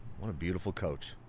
what a beautiful coach.